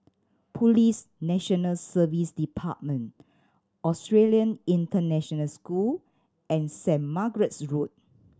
Police National Service Department Australian International School and Saint Margaret's Road